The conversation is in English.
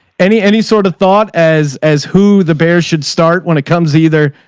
any, any sort of thought as, as who the bears should start when it comes either.